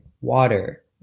water